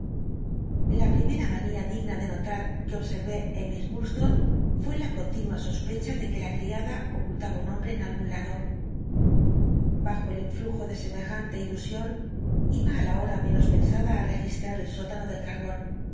la primem manía digna de nolat c ue obseryé en miss llurdslone fué la con inua sospecha de que la criada ocultaba un hombrc en algun lado dnjo el influjo de semejante ilusion iba á la hora menos pensada i registrar el sótano del cal'l